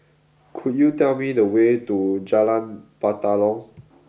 could you tell me the way to Jalan Batalong